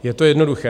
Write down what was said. Je to jednoduché.